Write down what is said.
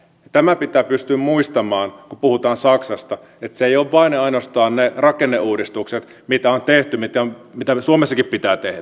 tämä pitää pystyä muistamaan kun puhutaan saksasta että se ei ole vain ja ainoastaan ne rakenneuudistukset mitä on tehty mitä suomessakin pitää tehdä